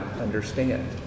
understand